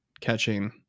catching